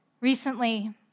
Recently